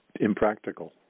impractical